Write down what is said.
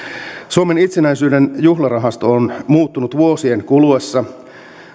suomen itsenäisyyden juhlarahasto on muuttunut vuosien kuluessa